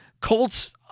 Colts